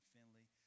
Finley